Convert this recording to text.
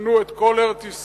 ותבנו את כל ארץ-ישראל,